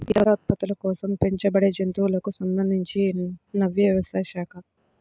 ఇతర ఉత్పత్తుల కోసం పెంచబడేజంతువులకు సంబంధించినవ్యవసాయ శాఖ